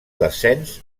descens